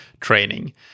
training